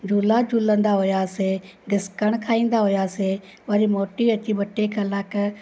झूला झूलंदा हुआसीं गिस्कणु खाईंदा हुआसीं वरी मोटी अची ॿ टे कलाक